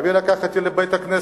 אבי לקח אותי לבית-הכנסת,